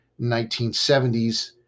1970s